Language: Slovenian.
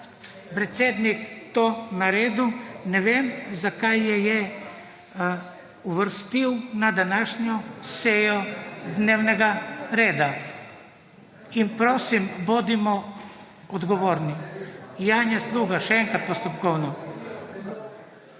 predsednik to naredil, ne vem, zakaj jo je uvrstil na današnjo sejo dnevnega reda. In prosim, bodimo odgovorni. Janja Sluga, še enkrat postopkovno.